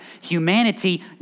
Humanity